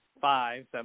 five